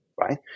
right